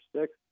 six